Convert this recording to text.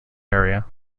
area